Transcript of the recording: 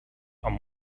are